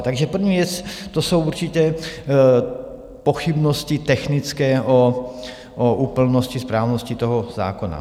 Takže první věc, to jsou určitě pochybnosti technické o úplnosti, správnosti toho zákona.